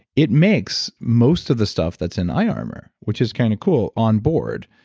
it makes most of the stuff that's in eye armor, which is kind of cool on board.